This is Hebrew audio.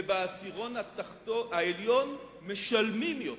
ובעשירון העליון משלמים יותר.